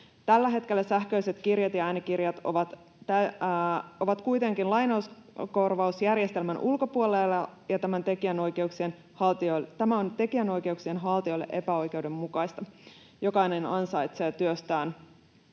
Tällä hetkellä sähköiset kirjat ja äänikirjat ovat kuitenkin lainauskorvausjärjestelmän ulkopuolella, ja tämä on tekijänoikeuksien haltijoille epäoikeudenmukaista. Jokainen ansaitsee työstään